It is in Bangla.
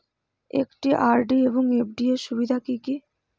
একটি আর.ডি এবং এফ.ডি এর সুবিধা কি কি?